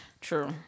True